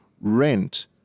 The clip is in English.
Rent